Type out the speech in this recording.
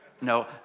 No